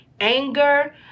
anger